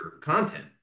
content